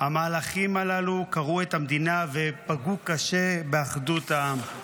המהלכים הללו קרעו את המדינה ופגעו קשה באחדות העם.